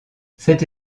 cette